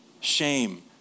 shame